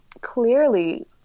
clearly